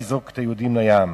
לזרוק את היהודים לים.